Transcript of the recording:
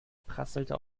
prasselte